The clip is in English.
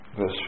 Verse